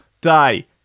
day